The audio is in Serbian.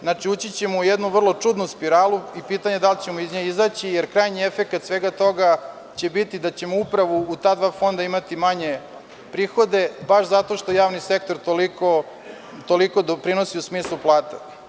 Znači, ući ćemo u jednu vrlo čudnu spiralu i pitanje da li ćemo iz nje izaći, jer krajnji efekat svega toga će biti da ćemo upravo u ta dva fonda imati manje prihode, baš zato što javni sektor toliko doprinosi u smislu plata.